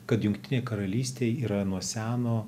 kad jungtinė karalystė yra nuo seno